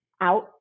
out